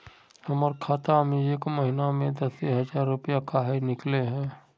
हमर खाता में एक महीना में दसे हजार रुपया काहे निकले है?